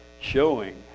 showing